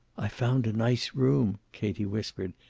i've found a nice room, katie whispered.